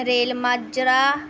rail Majra